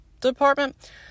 department